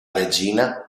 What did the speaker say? regina